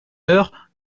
heure